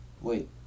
Wait